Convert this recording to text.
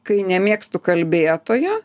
kai nemėgstu kalbėtojo